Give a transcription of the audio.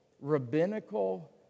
rabbinical